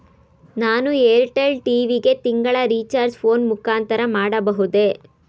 ನಾನು Airtel TV ಗೆ ತಿಂಗಳ ರಿಚಾರ್ಜ್ ಫೋನ್ ಮುಖಾಂತರ ಮಾಡಬಹುದೇ?